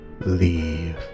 leave